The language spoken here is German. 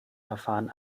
verfahren